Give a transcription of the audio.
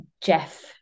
Jeff